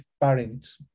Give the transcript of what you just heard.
parents